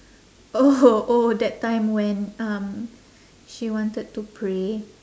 oh oh that time when um she wanted to pray